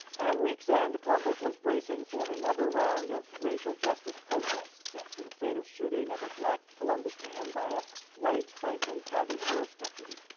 at week's end columbus was bracing for another round of racial justice protests after the fatal shooting of a black columbus man by a white franklin county sheriff's deputy.